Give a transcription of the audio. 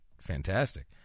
fantastic